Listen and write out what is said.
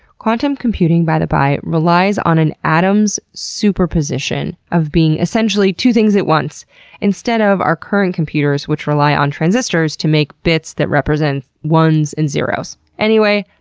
quantum computing, by the by, relies on an atom's super position of being essentially two things at once instead of our current computers which rely on transistors to make bits that represent ones and zeros. anyways,